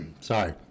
Sorry